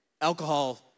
alcohol